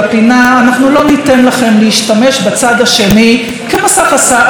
אנחנו לא ניתן לכם להשתמש בצד השני כמסך עשן,